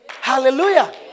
Hallelujah